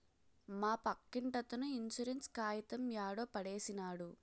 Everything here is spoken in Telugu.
మా పక్కింటతను ఇన్సూరెన్స్ కాయితం యాడో పడేసినాడు